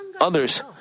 others